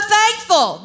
thankful